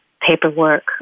paperwork